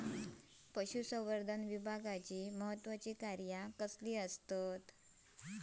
पशुसंवर्धन विभागाची महत्त्वाची कार्या कसली आसत?